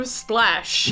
splash